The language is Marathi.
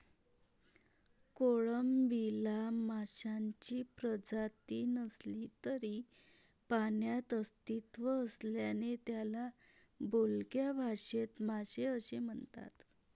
कोळंबीला माशांची प्रजाती नसली तरी पाण्यात अस्तित्व असल्याने त्याला बोलक्या भाषेत मासे असे म्हणतात